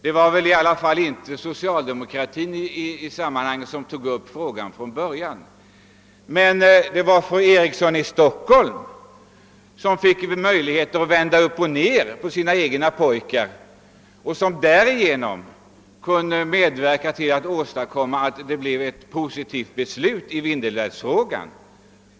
Det var väl inte socialdemokratin som tog upp den från början, men det var fru Eriksson i Stockholm som lyckades vända upp och ned på sina egna pojkar och därigenom kunde medverka till att åstadkomma ett positivt beslut om Vindelälven.